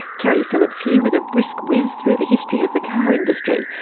keri phillips here with a brisk whiz through the history of the car industry,